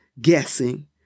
guessing